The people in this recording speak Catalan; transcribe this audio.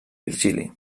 virgili